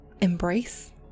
embrace